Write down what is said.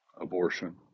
abortion